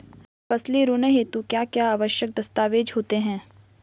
फसली ऋण हेतु क्या क्या आवश्यक दस्तावेज़ होते हैं?